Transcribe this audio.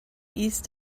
east